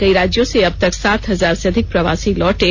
कई राज्यों से अबतक सात हजार से अधिक प्रवासी लौटे